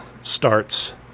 starts